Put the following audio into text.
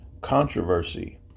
controversy